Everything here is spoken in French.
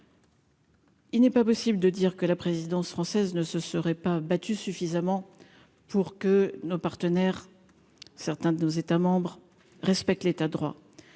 Il n'est pas possible de dire que la présidence française ne se serait pas battu suffisamment pour que nos partenaires, certains de nos États respectent l'État droit